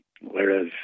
Whereas